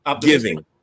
giving